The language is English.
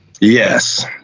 Yes